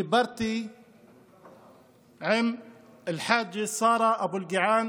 דיברתי עם אל-חג'ה שרה אבו אלקיעאן,